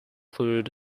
films